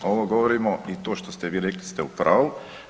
Ovo govorimo i to što ste vi rekli ste u pravu.